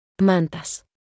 Mantas